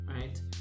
right